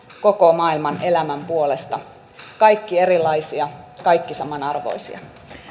koko maailman elämän puolesta kaikki erilaisia kaikki samanarvoisia